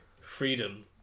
freedom